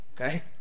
Okay